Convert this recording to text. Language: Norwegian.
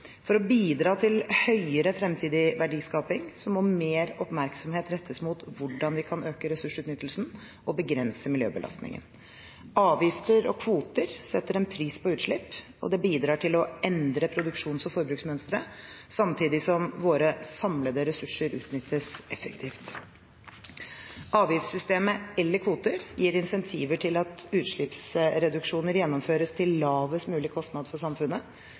For å bidra til høyere fremtidig verdiskaping må mer oppmerksomhet rettes mot hvordan vi kan øke ressursutnyttelsen og begrense miljøbelastningen. Avgifter og kvoter setter en pris på utslipp. Det bidrar til å endre produksjons- og forbruksmønstre, samtidig som våre samlede ressurser utnyttes effektivt. Avgiftssystemet eller kvoter gir incentiver til at utslippsreduksjoner gjennomføres til lavest mulig kostnad for samfunnet.